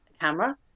camera